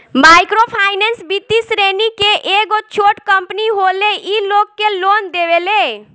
micro finance वित्तीय श्रेणी के एगो छोट कम्पनी होले इ लोग के लोन देवेले